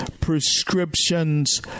prescriptions